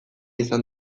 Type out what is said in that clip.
izan